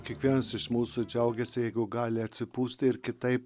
kiekvienas iš mūsų džiaugiasi jeigu gali atsipūsti ir kitaip